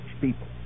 people